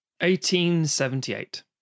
1878